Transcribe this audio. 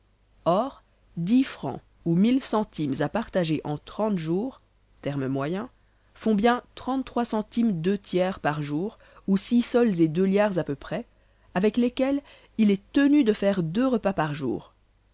or fr ou cent à partager en trente jours terme moyen font bien cent par jour ou sols et deux liards à-peu-près avec lesquels il est tenu de faire deux repas par jour